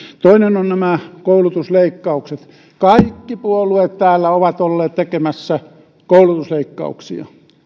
toinen ovat nämä koulutusleikkaukset kaikki puolueet täällä ovat olleet tekemässä koulutusleikkauksia